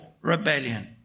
rebellion